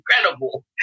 incredible